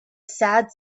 sad